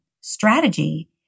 strategy